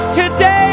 today